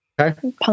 Okay